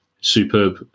superb